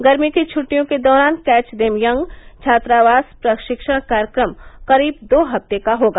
गर्मी की छुटिटयों के दौरान कैच देम यंग छात्रावास प्रशिक्षण कार्यक्रम करीब दो हफ्ते का होगा